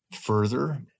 Further